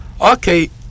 okay